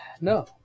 No